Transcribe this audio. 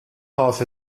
half